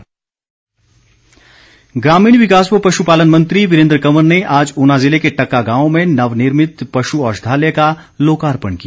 वीरेन्द्र कंवर ग्रामीण विकास व पशु पालन मंत्री वीरेन्द्र कंवर ने आज ऊना जिले के टक्का गांव में नवनिर्मित पशु औषधालय का लोकार्पण किया